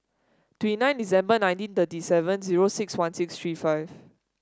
twenty nine December nineteen thirty seven zero six one six three five